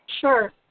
Sure